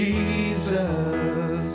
Jesus